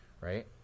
Right